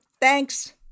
thanks